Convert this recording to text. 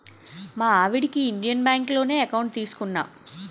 మా ఆవిడకి ఇండియన్ బాంకులోనే ఎకౌంట్ తీసుకున్నా